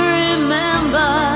remember